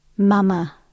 mama